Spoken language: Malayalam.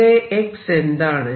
ഇവിടെ x എന്താണ്